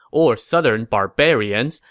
or southern barbarians,